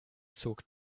zog